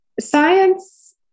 science